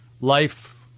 Life